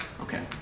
Okay